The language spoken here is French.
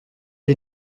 les